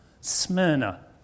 Smyrna